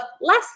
less